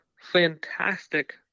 fantastic